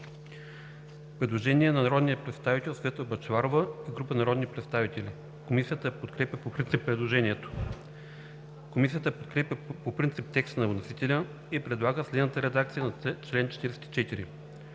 предложение на народния представител Светла Бъчварова и група народни представители. Комисията подкрепя по принцип предложението. Комисията подкрепя по принцип текста на вносителя и предлага следната редакция на чл. 44: